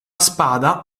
spada